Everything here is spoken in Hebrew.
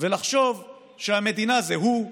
ולחשוב שהמדינה זה הוא,